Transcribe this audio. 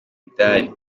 imidari